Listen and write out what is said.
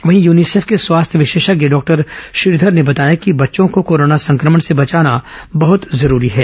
वहीं यूनिसेफ के स्वास्थ्य विशेषज्ञ डॉक्टर श्रीघर ने बताया है कि बच्चों को कोरोना संक्रमण से बचाना बहृत आवश्यक है